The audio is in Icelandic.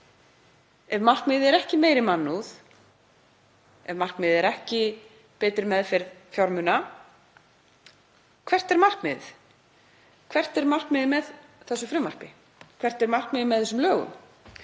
ef markmiðið er ekki meiri mannúð, ef markmiðið er ekki betri meðferð fjármuna, hvert er þá markmiðið? Hvert er markmiðið með frumvarpinu? Hvert er markmiðið með þessum lögum?